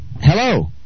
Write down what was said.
Hello